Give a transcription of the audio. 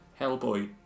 Hellboy